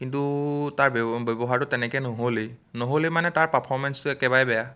কিন্তু তাৰ ব্যৱ ব্যৱহাৰটো তেনেকৈ নহ'লেই নহ'লেই মানে তাৰ পাৰফৰ্মেন্সটো একেবাৰে বেয়া